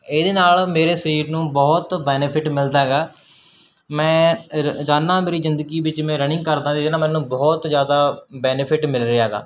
ਇਹਦੇ ਨਾਲ ਮੇਰੇ ਸਰੀਰ ਨੂੰ ਬਹੁਤ ਬੈਨੀਫਿਟ ਮਿਲਦਾ ਹੈਗਾ ਮੈਂ ਰੋਜ਼ਾਨਾ ਮੇਰੀ ਜ਼ਿੰਦਗੀ ਵਿੱਚ ਮੈਂ ਰਨਿੰਗ ਕਰਦਾ ਅਤੇ ਜਿਹਦੇ ਨਾਲ ਮੈਨੂੰ ਬਹੁਤ ਜ਼ਿਆਦਾ ਬੈਨੀਫਿਟ ਮਿਲ ਰਿਹਾ ਹੈਗਾ